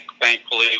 thankfully